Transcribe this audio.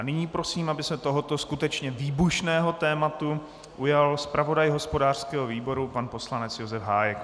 Nyní prosím, aby se tohoto skutečně výbušného tématu ujal zpravodaj hospodářského výboru pan poslanec Josef Hájek.